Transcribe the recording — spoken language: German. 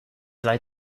sei